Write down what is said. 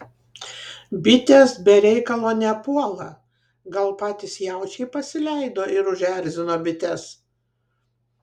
bitės be reikalo nepuola gal patys jaučiai pasileido ir užerzino bites